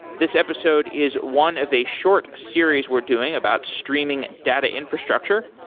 this episode is one of a short series we're doing about streaming data infrastructure.